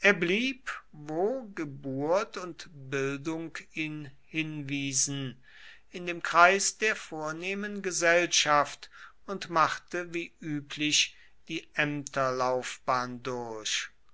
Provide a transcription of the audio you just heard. blieb wo geburt und bildung ihn hinwiesen in dem kreis der vornehmen gesellschaft und machte wie üblich die ämterlaufbahn durch